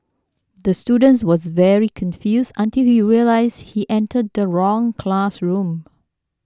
the students was very confused until he realised he entered the wrong classroom